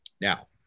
Now